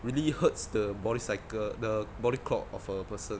really hurts the body cycle the body clock of a person